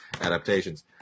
adaptations